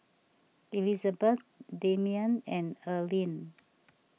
Elizbeth Demian and Earlean